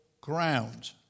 ground